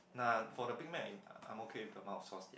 nah for the Big Mac in uh I am okay with the amount of sauce yet